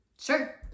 Sure